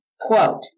quote